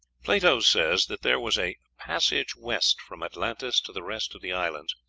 plato says that there was a passage west from atlantis to the rest of the islands,